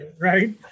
right